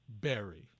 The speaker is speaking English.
Berry